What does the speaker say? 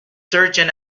sergeant